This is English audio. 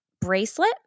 bracelet